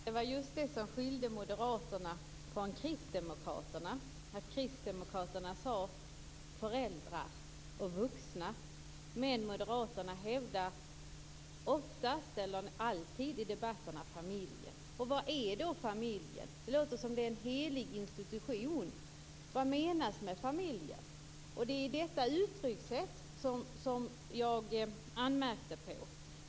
Fru talman! Det är just det som skiljer Moderaterna från Kristdemokraterna. Kristdemokraterna talar om föräldrar och vuxna, medan moderaterna oftast eller alltid talar om familjen i debatterna. Vad är då familjen? Det låter som om det är en helig institution. Vad menas med familjen? Det var detta uttryckssätt som jag anmärkte på.